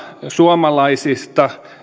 suomalaisista